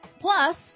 Plus